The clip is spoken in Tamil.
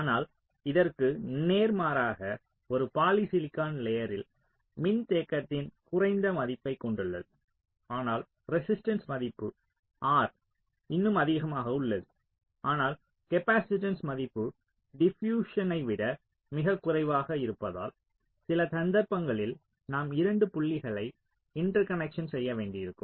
ஆனால் இதற்கு நேர்மாறாக ஒரு பாலிசிலிகான் லேயர்ரில் மின்தேக்கத்தின் குறைந்த மதிப்பைக் கொண்டுள்ளது ஆனால் ரெசிஸ்ட்டன்ஸ் மதிப்பு R இன்னும் அதிகமாக உள்ளது ஆனால் காப்பாசிட்டன்ஸ் மதிப்பு டிபியூஸ்சனை விட மிகக் குறைவாக இருப்பதால் சில சந்தர்ப்பங்களில் நாம் 2 புள்ளிகளை இன்டர்கனேக்ஷன் செய்ய வேண்டியிருக்கும்